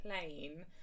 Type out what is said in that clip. plain